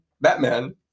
Batman